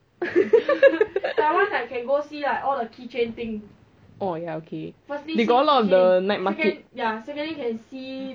hmm she what happen